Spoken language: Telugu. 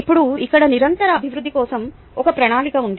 ఇప్పుడు ఇక్కడ నిరంతర అభివృద్ధి కోసం ఒక ప్రణాళిక ఉంది